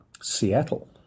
Seattle